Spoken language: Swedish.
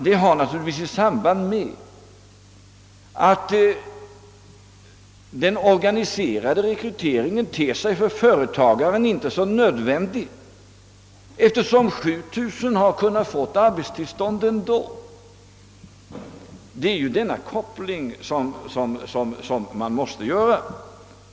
Det har naturligtvis ett samband med att den organiserade rekryteringen inte ter sig så nödvändig för företagarna, eftersom 7000 personer har kunnat få arbetstillstånd ändå. Det är denna omständighet som man måste observera.